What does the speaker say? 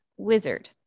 wizard